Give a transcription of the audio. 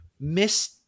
miss